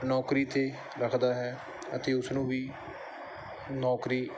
ਨੌਕਰੀ 'ਤੇ ਰੱਖਦਾ ਹੈ ਅਤੇ ਉਸ ਨੂੰ ਵੀ ਨੌਕਰੀ